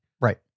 Right